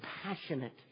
passionate